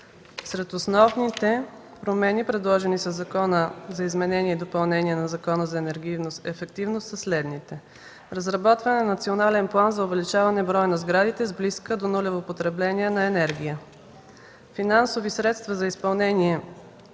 Сред основните промени, предложени със Законопроекта за изменение и допълнение на Закона за енергийна ефективност, са следните: - разработване на Национален план за увеличаване броя на сградите с близко до нулево потребление на енергия... Финансови средства за изпълнение изискванията,